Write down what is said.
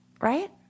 Right